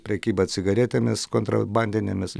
prekyba cigaretėmis kontrabandinėmis